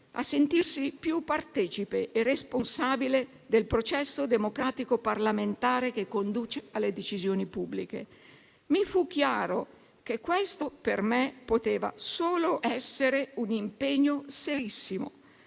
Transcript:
a sentirsi più partecipe e responsabile del processo democratico parlamentare che conduce alle decisioni pubbliche. Mi fu chiaro che questo per me poteva solo essere un impegno serissimo,